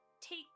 take